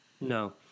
No